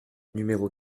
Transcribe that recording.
numéro